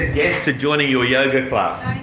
yes to joining your yoga class.